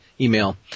email